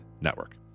Network